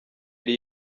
yari